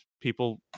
people